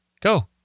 Go